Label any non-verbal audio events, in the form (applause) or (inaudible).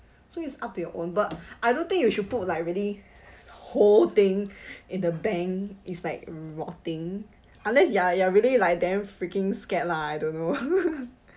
so it's up to your own but (noise) I don't think you should put like really whole thing (breath) in the bank is like rotting unless you are you are really like damn freaking scared lah I don't know (laughs)